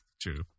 True